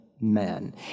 men